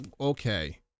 okay